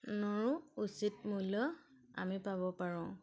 নৰো উচিত মূল্য আমি পাব পাৰোঁ